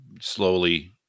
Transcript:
slowly